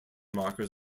markers